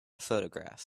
photograph